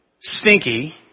stinky